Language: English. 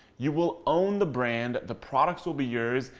you will own the brand, the products will be yours,